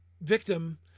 victim